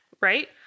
right